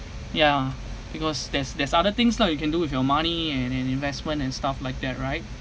ya because there's there's other things lah you can do with your money and and investment and stuff like that right